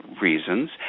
reasons